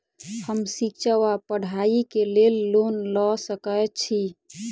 हम शिक्षा वा पढ़ाई केँ लेल लोन लऽ सकै छी?